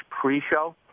pre-show